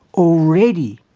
already,